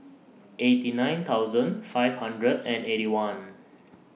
eighty nine thousand five hundred and Eighty One